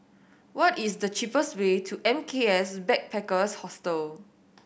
what is the cheapest way to M K S Backpackers Hostel